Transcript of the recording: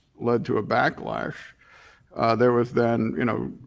led to a backlash there was then, you know,